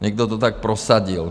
Někdo to tak prosadil.